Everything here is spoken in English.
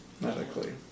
medically